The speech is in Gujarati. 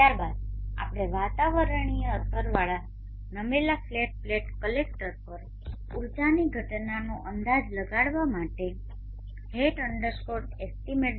ત્યારબાદ આપણે વાતાવરણીય અસરોવાળા નમેલા ફ્લેટ પ્લેટ કલેક્ટર પર ઊર્જાની ઘટનાનો અંદાજ લગાવવા માટે hat estimate